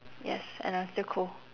yes and I'm still cold